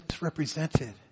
represented